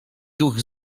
duch